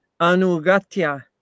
Anugatya